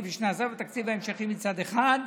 כפי שנעשה בתקציב המשכי מצד אחד,